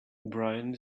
brian